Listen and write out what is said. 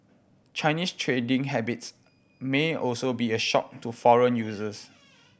Chinese trading habits may also be a shock to foreign users